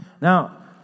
Now